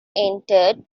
entered